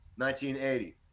1980